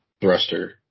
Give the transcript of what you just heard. thruster